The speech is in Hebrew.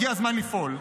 הגיע הזמן לפעול,